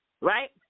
right